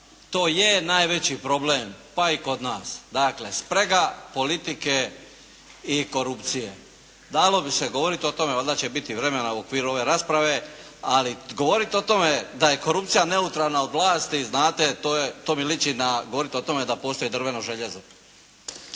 to je najveći problem, pa i kod nas. Dakle, sprega politike i korupcije. Dalo bi se govoriti o tome. Valjda će biti vremena u okviru ove rasprave. Ali govoriti o tome da je korupcija neutralna od vlasti znate to je, to mi liči na govorit o tome da postoji drveno željezo.